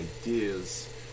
ideas